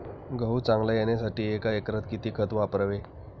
गहू चांगला येण्यासाठी एका एकरात किती खत वापरावे?